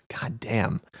goddamn